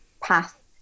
path